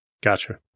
Gotcha